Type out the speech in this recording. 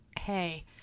hey